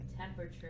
Temperature